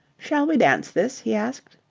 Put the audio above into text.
shall we dance this? he asked.